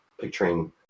picturing